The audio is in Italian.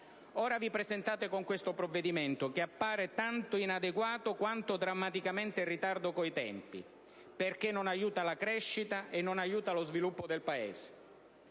Ora vi presentate con questo provvedimento che appare tanto inadeguato quanto drammaticamente in ritardo con i tempi, perché non aiuta la crescita e non aiuta lo sviluppo del Paese.